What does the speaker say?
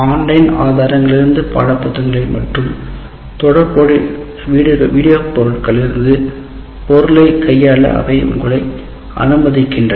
online ஆதாரங்களிலிருந்து பாடப்புத்தகங்கள் மற்றும் தொடர்புடைய வீடியோ பொருட்களிலிருந்து பொருளைக் கையாள அவை உங்களை அனுமதிக்கின்றன